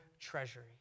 treasury